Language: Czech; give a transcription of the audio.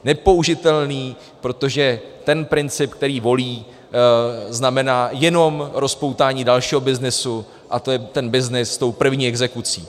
Nepoužitelný, protože ten princip, který volí, znamená jenom rozpoutání dalšího byznysu, a to je ten byznys s tou první exekucí.